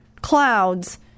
clouds